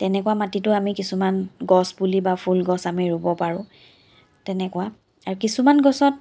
এনেকুৱা মাটিতো আমি কিছুমান গছ পুলি বা ফুল গছ আমি ৰুব পাৰোঁ তেনেকুৱা আৰু কিছুমান গছত